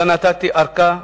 אלא נתתי ארכה,